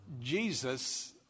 Jesus